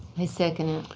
i second it.